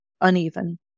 uneven